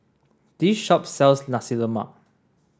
this shop sells Nasi Lemak